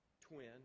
twin